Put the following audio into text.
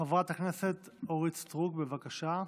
חברת הכנסת אורית סטרוק, בבקשה.